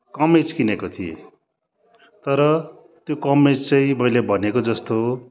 कमिज किनेको थिएँ तर त्यो कमिज चाहिँ मैले भनेको जस्तो